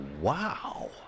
wow